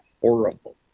horrible